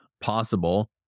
possible